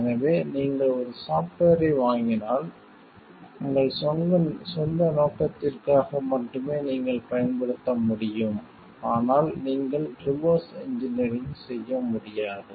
எனவே நீங்கள் ஒரு சாஃப்ட்வேரை வாங்கினால் உங்கள் சொந்த நோக்கத்திற்காக மட்டுமே நீங்கள் பயன்படுத்த முடியும் ஆனால் நீங்கள் ரிவர்ஸ் இன்ஜினியரிங் செய்ய முடியாது